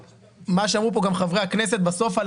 מה שאמרו כאן חברי הכנסת זה שבסוף על